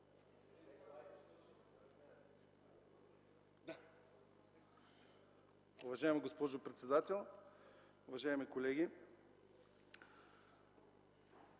Уважаема госпожо председател, уважаеми колеги!